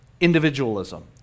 individualism